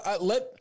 let